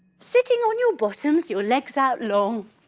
sitting on your bottoms your legs out long.